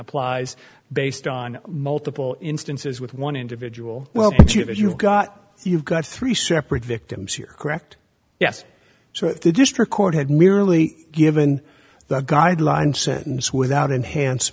applies based on multiple instances with one individual well if you've got you've got three separate victims here correct yes so that the district court had merely given the guideline sentence without